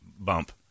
bump